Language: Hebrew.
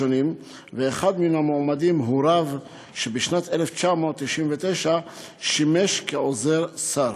ואחד מן המועמדים הוא רב שבשנת 1999 שימש כעוזר שר,